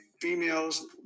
females